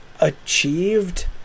achieved